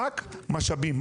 רק משאבים,